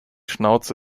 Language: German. schnauze